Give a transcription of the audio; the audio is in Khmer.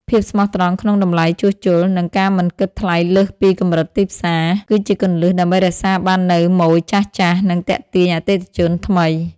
ភាពស្មោះត្រង់ក្នុងតម្លៃជួសជុល និងការមិនគិតថ្លៃលើសពីកម្រិតទីផ្សារ គឺជាគន្លឹះដើម្បីរក្សាបាននូវម៉ូយចាស់ៗ និងទាក់ទាញអតិថិជនថ្មី។